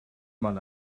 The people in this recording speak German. mal